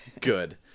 Good